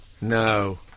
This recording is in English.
No